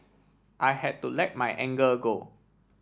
I had to let my anger go